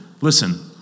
listen